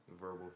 Verbal